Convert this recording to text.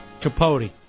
Capote